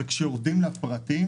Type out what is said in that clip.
אבל כשיורדים לפרטים